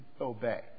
obey